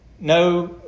no